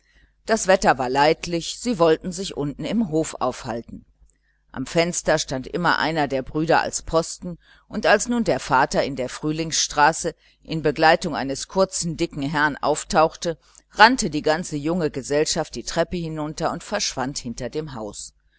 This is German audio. das wetter war leidlich sie wollten sich unten im hof aufhalten am fenster stand immer einer der brüder als posten und als nun der vater in der frühlingsstraße in begleitung eines kurzen dicken herrn auftauchte rannte die ganze junge gesellschaft die treppe hinunter und verschwand hinter dem haus